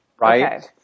Right